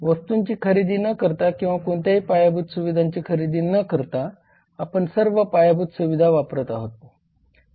वस्तूंची खरेदी न करता किंवा कोणत्याही पायाभूत सुविधांची खरेदी न करता आपण सर्व पायाभूत सुविधा वापरत आहोत